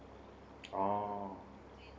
oh